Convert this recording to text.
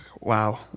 wow